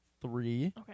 three